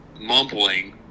mumbling